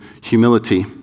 humility